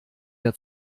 der